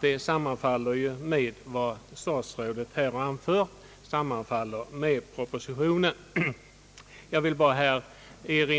Det sammanfaller ju med vad statsrådet här har anfört och med propositionen. Jag vill bara än